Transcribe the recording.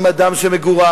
עם אדם שמגורש,